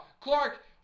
Clark